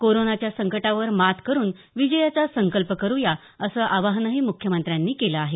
कोरोनाच्या संकटावर मात करून विजयाचा संकल्प करूया असं आवाहनही मुख्यमंत्र्यांनी केलं आहे